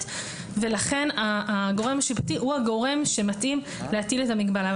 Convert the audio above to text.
ולכן הגורם השיפוטי הוא הגורם שמתאים להטיל את המגבלה.